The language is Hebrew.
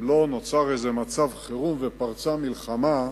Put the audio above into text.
אם לא נוצר איזה מצב חירום ופרצה מלחמה,